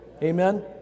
Amen